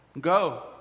go